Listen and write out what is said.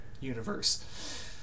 universe